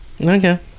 okay